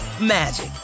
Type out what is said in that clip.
magic